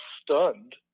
stunned